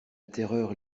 terreur